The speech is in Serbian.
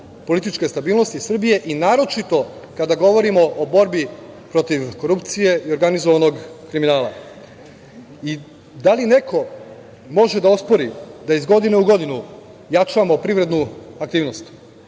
političke stabilnosti Srbije i naročito kada govorimo o borbi protiv korupcije i organizovanog kriminala. Da li neko može da ospori da iz godine u godinu jačamo privrednu aktivnost,